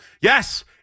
Yes